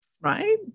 Right